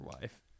wife